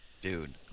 dude